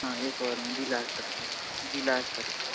हँ एक ओवरमे जिला स्तरके